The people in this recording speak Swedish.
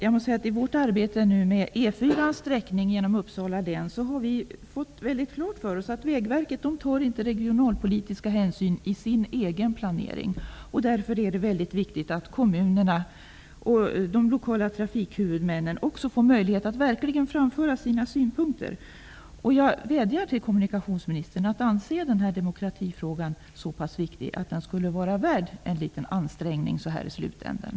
I vårt arbete med E 4:ans sträckning genom Uppsala län har vi fått klart för oss att Vägverket inte har regionalpolitiska hänsyn i sin egen planering. Därför är det väldigt viktigt att kommunerna och de lokala trafikhuvudmännen får möjlighet att verkligen framföra sina synpunkter. Jag vädjar till kommunikationsministern att anse demokratifrågan så pass viktig att han tycker att den skulle vara värd en liten ansträngning så här i slutändan.